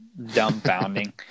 dumbfounding